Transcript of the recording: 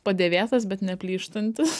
padėvėtas bet neplyštantis